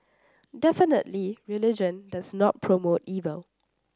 definitely religion does not promote evil